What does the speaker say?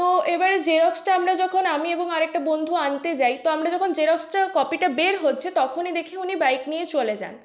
তো এবার জেরক্সটা আমরা যখন আমি এবং আরেকটা বন্ধু আনতে যাই তো আমরা যখন জেরক্সটা কপিটা বের হচ্ছে তখনই দেখি উনি বাইক নিয়ে চলে যান